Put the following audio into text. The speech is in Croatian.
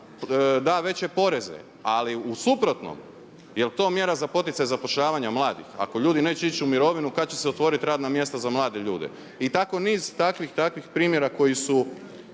da veće poreze. Ali u suprotnom, je li to mjera za poticaj zapošljavanja mladih? Ako ljudi neće ići u mirovinu kada će se otvoriti radna mjesta za mlade ljude? I tako niz takvih primjera koji su